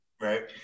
Right